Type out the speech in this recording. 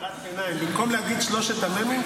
הערת ביניים: במקום להגיד שלושת המ"מים,